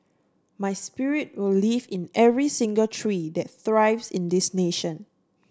my spirit will live in every single tree that thrives in this nation